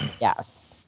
Yes